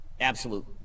absolute